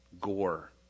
gore